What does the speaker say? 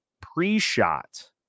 pre-shot